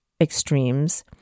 extremes